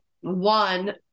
one